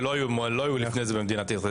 שלא היו לפני זה במדינת ישראל.